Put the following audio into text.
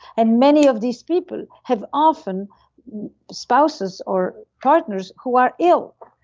and many of these people have often spouses or partners who are ill,